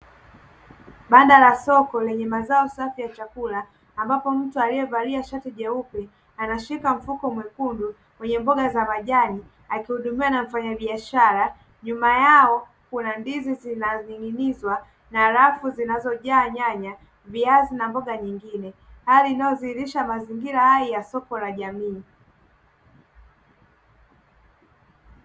Banda la soko lenye mazao safi ya chakula ambapo mtu aliyevalia shati jeupe anashika mfuko mwekundu wenye mboga za majani akihudumiwa na mfanyabiashara. Nyuma yao kuna ndizi zinaning`inizwa na rafu zinazojaa nyanya, viazi na mboga nyingine. Hali inayodhihirisha mazingira hai ya soko la jamii.